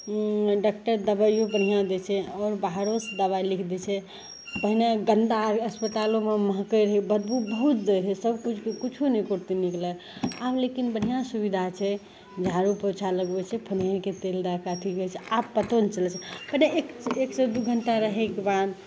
doctor दवाइओ बढ़िआँ दै छै आओर बाहरोसे दवाइ लिखि दै छै पहिले गन्दा अस्पतालोमे महकै रहै बदबू बहुत दै रहै सबकिछुके किछु नहि एकोरत्ती नीक लगै आब लेकिन बढ़िआँ सुविधा छै झाड़ू पोछा लगबै छै फिनाइलके तेल दैके अथी करै छै आब पतो नहि चलै छै पहिले एकसे दुइ घण्टा रहैके बाद